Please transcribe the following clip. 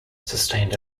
sustained